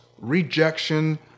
rejection